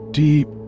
deep